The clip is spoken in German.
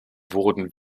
wurden